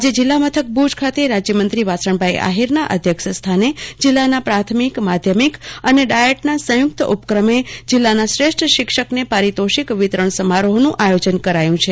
આજે જિલ્લામથક ભુજ ખાતે વાસણભાઈ આહિરના અધ્યક્ષ સ્થાને જીલ્લાના પ્રાથમિક માધ્યમિક અને દયેતના સયુંકત ઉપક્રમે જીલ્લાના શ્રેષ્ઠ શિક્ષક ને પારિતોષિક વિતરણ સમારોહનું આયોજન કરાયું છે